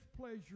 pleasure